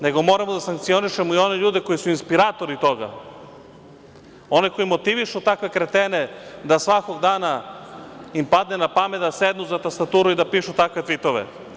Nego moramo da sankcionišemo i one ljudi koji su inspiratori toga, oni koji motivišu takve kretene da svakog dana im padne na pamet da sednu za tastaturu i da pišu takve tvitove.